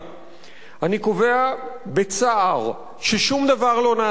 אני קובע בצער ששום דבר לא נעשה בעניין הזה.